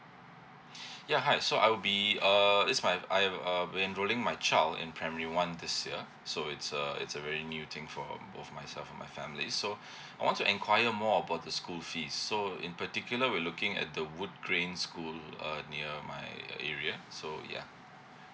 ya hi so I will be err it's my I've um enroling my child in primary one this year so it's a it's a very new thing for both myself and my family so I want to enquire more about the school fees so in particular we're looking at the wood green school err near my area so yeah